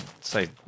say